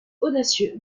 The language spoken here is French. audacieux